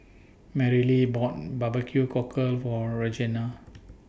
Marylee bought Barbecue Cockle For Regena